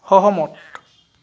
সহমত